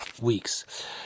weeks